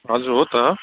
हजुर हो त